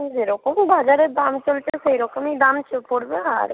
যে রকম বাজারে দাম চলছে সেই রকমই দাম পড়বে আর কি